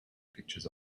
pictures